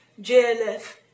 JLF